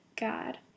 God